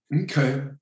Okay